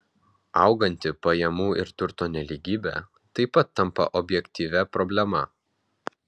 auganti pajamų ir turto nelygybė taip pat tampa objektyvia problema